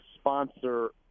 sponsor